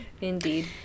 Indeed